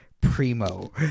primo